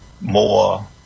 more